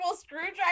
screwdriver